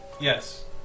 Yes